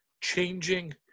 changing